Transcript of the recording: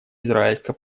израильско